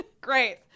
Great